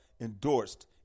endorsed